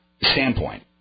standpoint